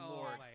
Lord